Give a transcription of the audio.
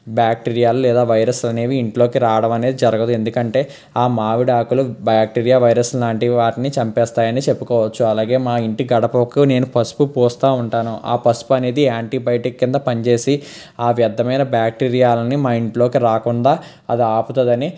bacteria లేదా virus అనేవి ఇంట్లోకి రావడం అనేది జరగదు ఎందుకంటే ఆ మావిడాకులు బ్యాక్టీరియా వైరస్ లాంటి వాటిని చంపేస్తాయని చెప్పుకోవచ్చు అలాగే మా ఇంటి గడపకు నేను పసుపు పూస్తా ఉంటాను ఆ పసుపు అనేది యాంటీబయాటిక్ కింద పనిచేసి ఆ వ్యర్థమైన బ్యాక్టీరియాలని మా ఇంట్లోకి రాకుండా అది ఆపుతుందని